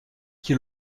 qui